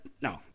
no